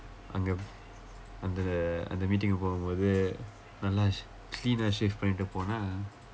அங்க அந்த அந்த:angka andtha andtha meeting போகும்போது நல்லா:pookumpoothu nallaa clean ah shave பண்ணிட்டு போனா:pannitdu poonaa